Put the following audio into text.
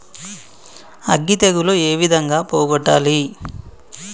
అగ్గి తెగులు ఏ విధంగా పోగొట్టాలి?